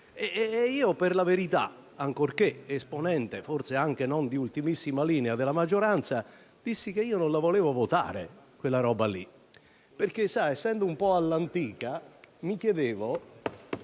Per la verità, ancorché esponente, forse anche non di ultimissima linea, della maggioranza, dissi che non volevo votare quella proposta perché, essendo un po' all'antica, mi chiedevo: